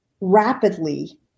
rapidly